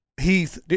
Heath